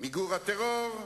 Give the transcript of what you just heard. מיגור הטרור,